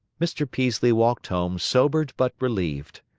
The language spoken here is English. mr. peaslee walked home sobered but relieved.